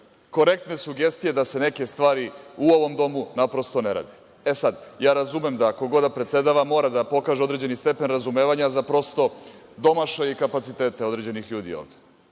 korektne sugestije da se neke stvari u ovom domu naprosto ne rade. Razumem da ko god predsedava mora da pokaže određeni stepen razumevanja za domašaj i kapacitete određenih ljudi ovde. Sa